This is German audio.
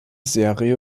serie